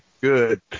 Good